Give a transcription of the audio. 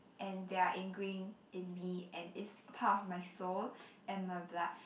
and they're ingrain in me and it's part of my soul and my blood